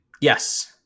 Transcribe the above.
Yes